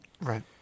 Right